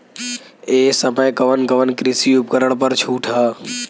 ए समय कवन कवन कृषि उपकरण पर छूट ह?